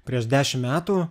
prieš dešim metų